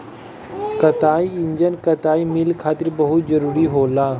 कताई इंजन कताई मिल खातिर बहुत जरूरी होला